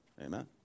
Amen